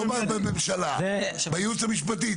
לא בממשלה, בייעוץ המשפטי.